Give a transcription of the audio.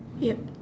yup